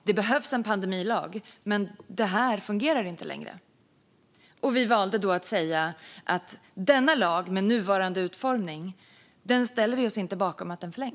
Det behövs en pandemilag, men det här fungerar inte längre. Vi valde då att säga att vi inte ställer oss bakom att denna lag förlängs med dess nuvarande utformning.